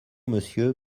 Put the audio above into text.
monsieur